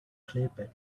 clipped